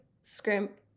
scrimp